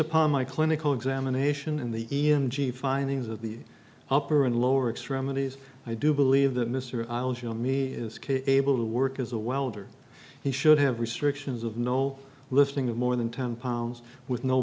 upon my clinical examination and the e m g findings of the upper and lower extremities i do believe that mr algae army is able to work as a welder he should have restrictions of no lifting of more than ten pounds with no